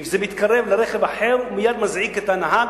ואם הרכב מתקרב לרכב אחר הוא מייד מזעיק את הנהג,